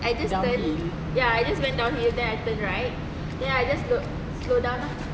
I just turned ya I just went downhill then I turn right then I just slow slow down lah